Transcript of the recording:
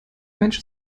mensch